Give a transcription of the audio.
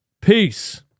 Peace